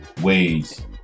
ways